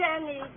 Danny